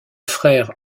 frères